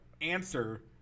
answer